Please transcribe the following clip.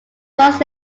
months